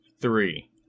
three